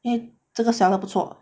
eh 这个 seller 不错